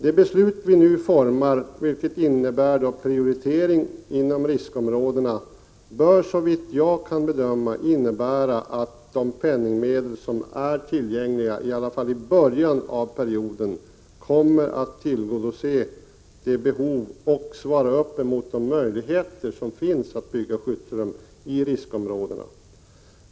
Det beslut som vi nu skall fatta, nämligen att man skall göra prioriteringar inom riskområdena, bör såvitt jag kan bedöma innebära att de penningmedel som är tillgängliga, åtminstone i början av perioden, kommer att tillgodose behoven och svara mot de möjligheter som finns att bygga skyddsrum i riskområdena.